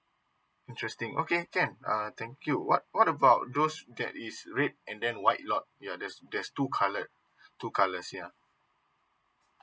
interesting okay can uh thank you what what about those that is red and white lot you're just just to coloured two colours ya